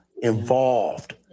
involved